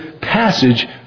passage